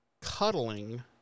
cuddling